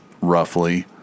roughly